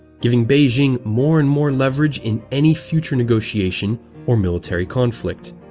giving beijing more and more leverage in any future negotiation or military conflict.